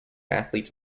athletes